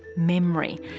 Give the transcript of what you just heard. memory.